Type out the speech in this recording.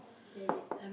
maybe